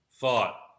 thought